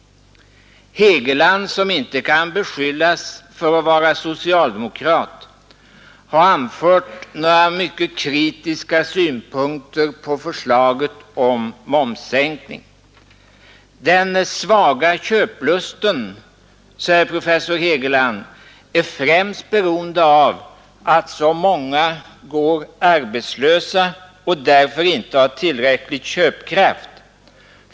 Hegeland, som inte kan beskyllas för att vara socialdemokrat, har anfört några mycket kritiska synpunkter på förslaget om momssänkning. Den svaga köplusten, säger professor Hegeland, är främst beroende av att många går arbetslösa och därför inte har tillräcklig köpkraft.